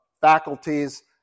faculties